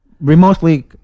remotely